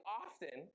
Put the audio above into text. often